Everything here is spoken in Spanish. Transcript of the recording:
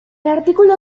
artículo